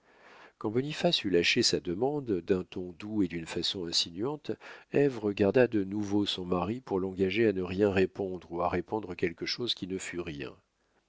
boniface eut lâché sa demande d'un ton doux et d'une façon insinuante ève regarda de nouveau son mari pour l'engager à ne rien répondre ou à répondre quelque chose qui ne fût rien